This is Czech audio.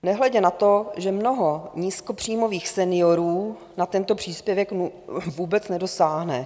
Nehledě na to, že mnoho nízkopříjmových seniorů na tento příspěvek vůbec nedosáhne.